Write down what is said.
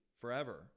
forever